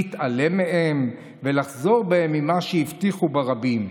להתעלם מהן ולחזור בהם ממה שהבטיחו ברבים.